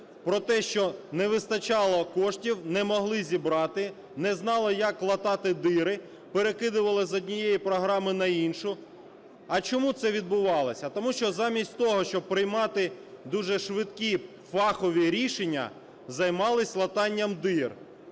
Про те, що не вистачало коштів, не могли зібрати, не знали, як латати діри, перекидали з однієї програми на іншу. А чому це відбувалося? А тому що замість того, щоб приймати дуже швидкі фахові рішення, займалися латанням дір.